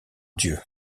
dieux